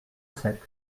sept